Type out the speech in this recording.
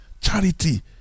Charity